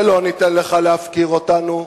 ולא ניתן לך להפקיר אותנו.